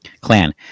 clan